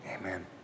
Amen